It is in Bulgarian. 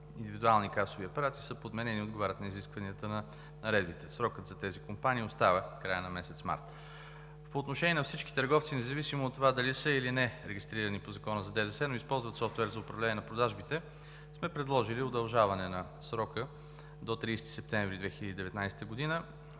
индивидуални касови апарати са подменени и отговарят на изискванията на наредбите. Срокът за тези компании остава краят на месец март. По отношение на всички търговци, независимо дали са, или не са регистрирани по закона за ДДС, но използват софтуер за управление на продажбите, сме предложили удължаване на срока до 30 септември 2019 г.